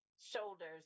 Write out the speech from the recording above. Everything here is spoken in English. shoulders